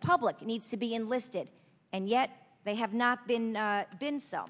the public needs to be enlisted and yet they have not been been so